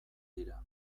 dira